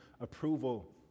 approval